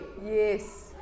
Yes